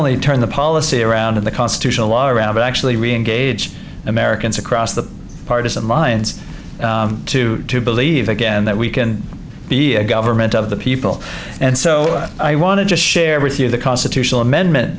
only turn the policy around the constitutional law around but actually reengage americans across the partisan lines to believe again that we can be a government of the people and so i want to just share with you the constitutional amendment